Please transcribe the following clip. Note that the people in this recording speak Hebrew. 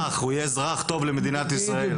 הוא יהיה אזרח טוב למדינת ישראל.